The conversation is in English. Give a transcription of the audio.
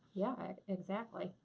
yeah, exactly.